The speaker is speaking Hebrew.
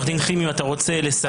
עורך דין חימי, אתה רוצה לסכם?